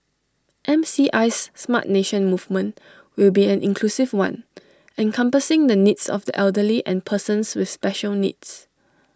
M C I's Smart Nation movement will be an inclusive one encompassing the needs of the elderly and persons with special needs